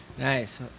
Nice